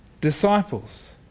disciples